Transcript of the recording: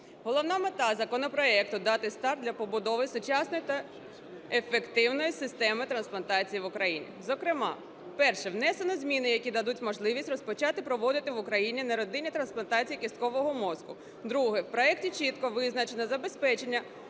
Головна мета законопроекту – дати старт для побудови сучасної та ефективної системи трансплантації в Україні. Зокрема, перше, внесено зміни, які дадуть можливість розпочати проводити в Україні неродинні трансплантації кісткового мозку. Друге: в проекті чітко визначено забезпечення